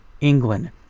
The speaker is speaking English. England